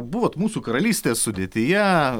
buvot mūsų karalystės sudėtyje